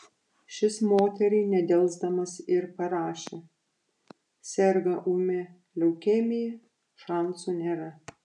šis moteriai nedelsdamas ir parašė serga ūmia leukemija šansų nėra